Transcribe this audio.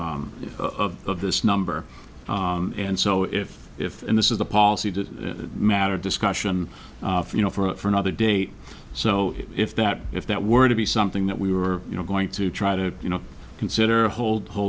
of of of this number and so if if and this is the policy that matter discussion you know for another day so if that if that were to be something that we were you know going to try to you know consider a hold hold